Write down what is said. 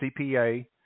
CPA